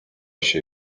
się